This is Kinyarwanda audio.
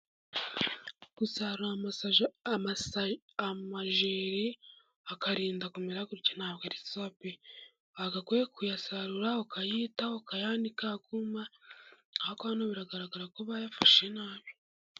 Gusarura amajyeri akarinda akarinda kumera gutya, nta bwo ari sawa pe! wagakwiye kuyasarura, ukayitaho, ukayanika akakuma, ariko ano biragaragara ko bayafashe nabi.